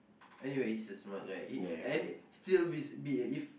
anyways he's a smart guy he and still be be uh if